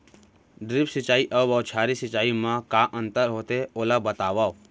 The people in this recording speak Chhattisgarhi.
ड्रिप सिंचाई अऊ बौछारी सिंचाई मा का अंतर होथे, ओला बतावव?